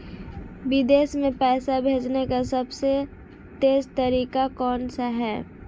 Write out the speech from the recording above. विदेश में पैसा भेजने का सबसे तेज़ तरीका कौनसा है?